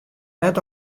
net